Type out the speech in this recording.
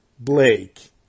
Blake